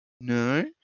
no